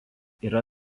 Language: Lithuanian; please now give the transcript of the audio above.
yra